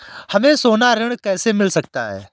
हमें सोना ऋण कैसे मिल सकता है?